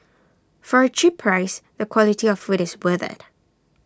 for A cheap price the quality of food is worth IT